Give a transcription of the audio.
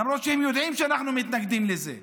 למרות שהם יודעים שאנחנו מתנגדים לחוק הזה.